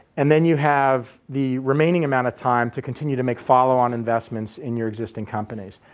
and then you have the remaining amount of time to continue to make follow on investments in your existing companies.